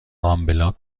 رامبلا